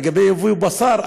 לגבי יבוא בשר,